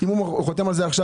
אם הוא חותם על זה עכשיו,